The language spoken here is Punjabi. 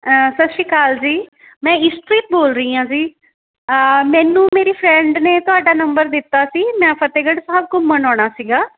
ਸਤਿ ਸ਼੍ਰੀ ਅਕਾਲ ਜੀ ਮੈ ਇਸ਼ਪ੍ਰੀਤ ਬੋਲ ਰਹੀ ਹਾਂ ਜੀ ਮੈਨੂੰ ਮੇਰੀ ਫਰੈਂਡ ਨੇ ਤੁਹਾਡਾ ਨੰਬਰ ਦਿੱਤਾ ਸੀ ਮੈਂ ਫਤਿਹਗੜ੍ਹ ਸਾਹਿਬ ਘੁੰਮਣ ਆਉਣਾ ਸੀਗਾ